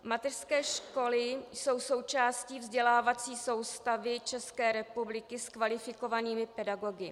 Mateřské školy jsou součástí vzdělávací soustavy České republiky s kvalifikovanými pedagogy.